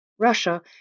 russia